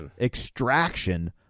extraction